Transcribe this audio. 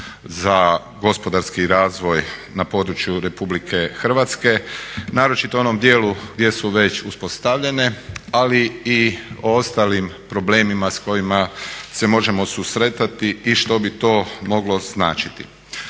za gospodarski razvoj na području RH naročito onom djelu gdje su već uspostavljene ali i ostalim problemima s kojima se možemo susretati i što bi to moglo značiti.